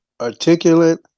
articulate